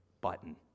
button